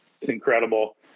incredible